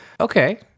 Okay